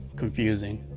confusing